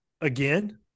again